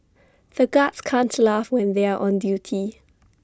the guards can't laugh when they are on duty